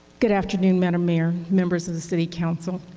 good afternoon madame mayor, members of the city council,